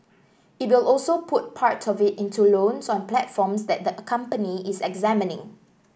it will also put part of it into loans on platforms that the company is examining